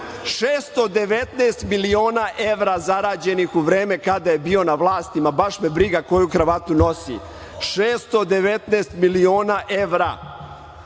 619 miliona evra zarađenih u vreme kada je bio na vlasti. Baš me briga koju kravatu nosi, 619 miliona evra.